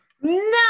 No